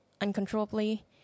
uncontrollably